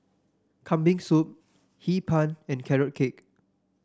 Kambing Soup Hee Pan and Carrot Cake